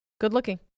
good-looking